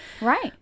Right